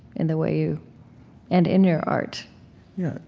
in the way you and in your art yeah,